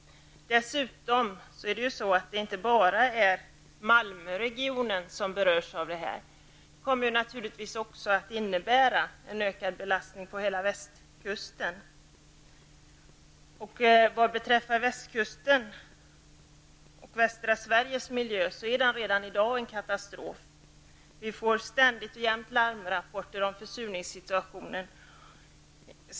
Dessutom berörs inte enbart Malmöregionen av en bro. Det kommer naturligtvis också att innebära en ökad belastning på hela västkusten. Vad beträffar västkustens och västra Sveriges miljö är den redan i dag en katastrof. Vi får ständigt larmrapporter om försurningssituationen.